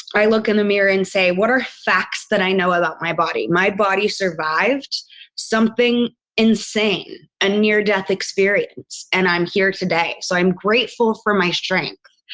i look in the mirror and say, what are facts that i know about my body? my body survived something insane. a near-death experience. and i'm here today. so i'm grateful for my strength.